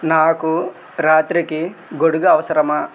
నాకు రాత్రికి గొడుగు అవసరమా